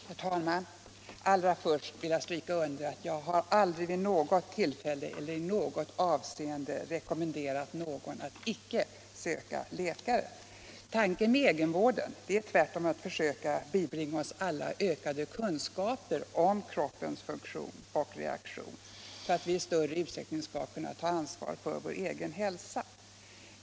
Herr talman! Allra först vill jag understryka att jag aldrig vid något tillfälle eller i något avseende har rekommenderat någon att icke söka läkare. Tanken med egenvården är tvärtom att vi alla skall söka bibringa oss ökade kunskaper om kroppens funktioner och reaktioner just därför att vi i större utsträckning skall kunna ta ansvaret för vår egen hälsa.